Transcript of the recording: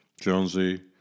Jonesy